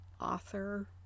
author